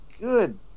good